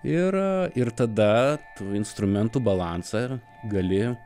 ir ir tada tu instrumentų balansą gali